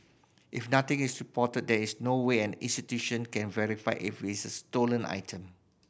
if nothing is reported there is no way an institution can verify if it's stolen item